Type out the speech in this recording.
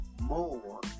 more